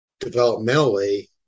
developmentally